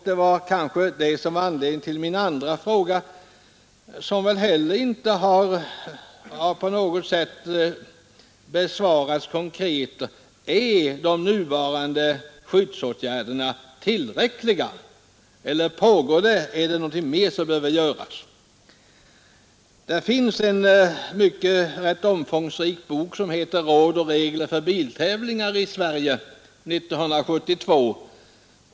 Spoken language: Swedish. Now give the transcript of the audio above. Det var kanske det som var anledningen till min andra fråga, som heller inte på något sätt har besvarats konkret: Är de nuvarande skyddsåtgärderna tillräckliga eller är det något mer som behöver göras? Det finns en rätt omfångsrik bok som heter Råd och regler för biltävlingar i Sverige 1972.